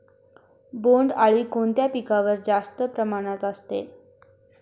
बोंडअळी कोणत्या पिकावर जास्त प्रमाणात असते?